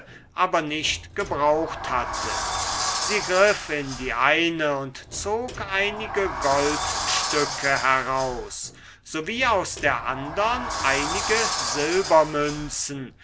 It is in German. aber nicht gebraucht hatte sie griff in die eine und zog einige goldstücke heraus sowie aus der andern einige silbermünzen